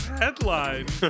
headline